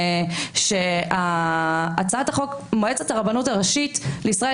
קובע ש"מועצת הרבנות הראשית לישראל